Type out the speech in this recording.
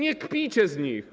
Nie kpijcie z nich.